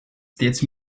steeds